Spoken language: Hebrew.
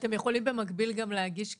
אתם יכולים במקביל גם להגיש קנסות?